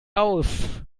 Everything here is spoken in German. aus